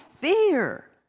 fear